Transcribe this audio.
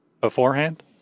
beforehand